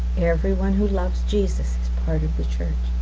everyone who loves jesus is part of the church.